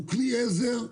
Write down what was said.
הוא כלי עזר,